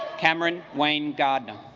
cameron wayne gardner